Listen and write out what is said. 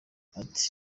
ati